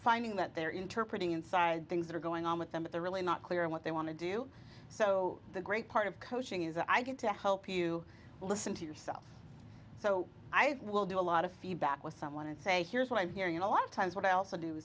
finding that their interpret inside things that are going on with them but they're really not clear what they want to do so the great part of coaching is i get to help you listen to yourself so i will do a lot of feedback with someone and say here's what i'm hearing a lot of times what i also do